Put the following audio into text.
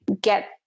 get